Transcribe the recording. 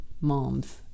moms